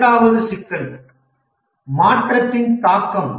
இரண்டாவது சிக்கல் மாற்றத்தின் தாக்கம்